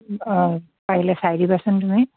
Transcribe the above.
অঁ পাৰিলে চাই দিবাচোন তুমি